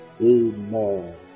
Amen